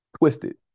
twisted